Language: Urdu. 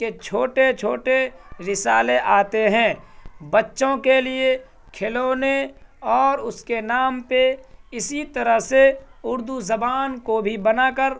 کہ چھوٹے چھوٹے رسالے آتے ہیں بچوں کے لیے کھلونے اور اس کے نام پہ اسی طرح سے اردو زبان کو بھی بنا کر